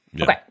Okay